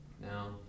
Now